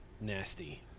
nasty